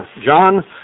John